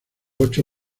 ocho